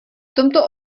tomto